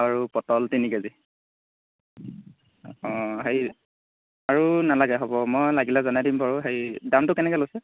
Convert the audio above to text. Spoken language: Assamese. আৰু পটল তিনি কেজি অঁ হেৰি আৰু নেলাগে হ'ব মই লাগিলে জনাই দিম বাৰু হেৰি দামটো কেনেকৈ লৈছে